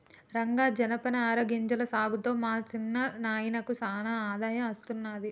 రంగా జనపనార గింజల సాగుతో మా సిన్న నాయినకు సానా ఆదాయం అస్తున్నది